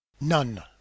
none